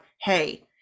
hey